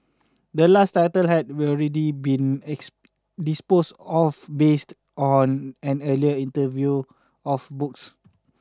the last title had already been disposed off based on an earlier interview of books